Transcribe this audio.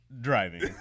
Driving